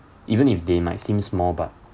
even if they might seem small but